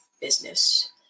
business